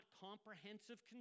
comprehensive